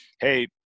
hey